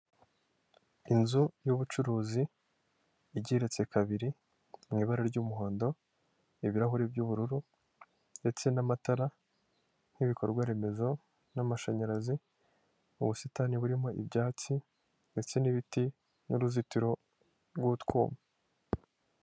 Inzu y'ubucuruzi igeretse kabiri mu ibara ry'umuhondo ibirahuri by'ubururu ndetse n'amatara nk'ibikorwaremezo n'amashanyarazi mu busitani burimo ibyatsi ndetse n'ibiti n'uruzitiro rw'utwuma.